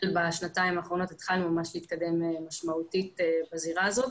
בשנתיים האחרונות התחלנו ממש להתקדם משמעותית בזירה הזאת.